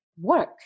work